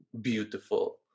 beautiful